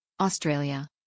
Australia